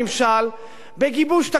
בגיבוש תקציב המדינה,